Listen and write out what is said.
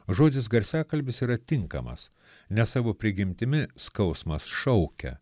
žodis garsiakalbis yra tinkamas ne savo prigimtimi skausmas šaukia